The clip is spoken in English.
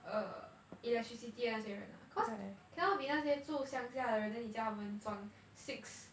err electricity 的那些人 cause cannot be 那些住乡下的人 then 你叫他们装 six